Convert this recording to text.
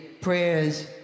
prayers